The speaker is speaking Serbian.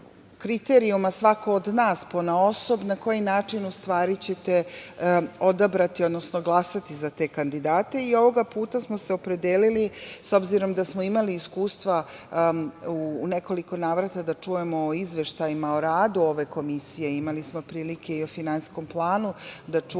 kriterijuma, svako od nas ponaosob na koji način u stvari ćete odabrati, odnosno glasati za te kandidate. Ovoga puta smo se opredelili, s obzirom da smo imali iskustva u nekoliko navrata da čujemo o izveštajima o radu ove Komisije, imali smo prilike i o Finansijskom planu da čujemo